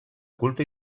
culte